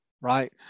right